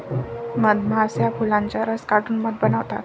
मधमाश्या फुलांचा रस काढून मध बनवतात